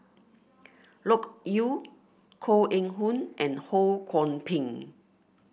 Loke Yew Koh Eng Hoon and Ho Kwon Ping